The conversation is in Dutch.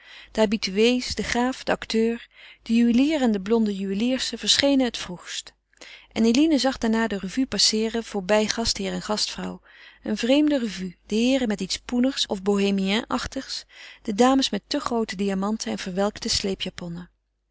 habitués de graaf de acteur de juwelier en de blonde juweliersche verschenen het vroegst en eline zag daarna de revue passeeren voorbij gastheer en gastvrouw een vreemde revue de heeren met iets poenigs of bohémien achtigs de dames met te groote diamanten en verwelkte sleepjaponnen